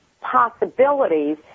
possibilities